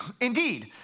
Indeed